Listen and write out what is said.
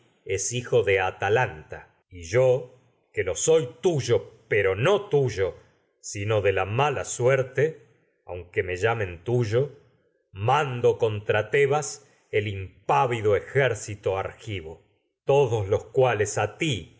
es hijo de atalanta y yo que tuyo pero no lo soy tuyo sino de la mala suerte aun que me llamen tuyo mando contra tebas el impávido ejército argivo todos los cuales a ti